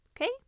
okay